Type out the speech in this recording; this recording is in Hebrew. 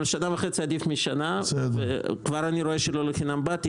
אבל שנה וחצי עדיף משנה וכבר אני רואה שלא לחינם באתי.